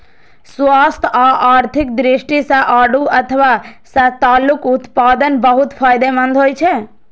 स्वास्थ्य आ आर्थिक दृष्टि सं आड़ू अथवा सतालूक उत्पादन बहुत फायदेमंद होइ छै